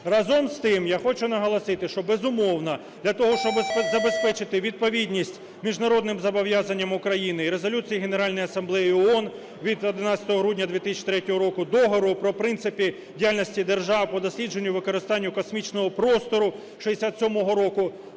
Разом з тим, я хочу наголосити, що, безумовно, для того, щоб забезпечити відповідність міжнародним зобов'язанням України і Резолюції Генеральної Асамблеї ООН від 11 грудня 2003 року, Договору про принципи діяльності держав по дослідженню, використанню космічного простору 67-го року,